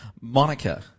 Monica